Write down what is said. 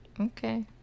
Okay